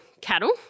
cattle